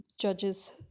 judges